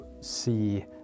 see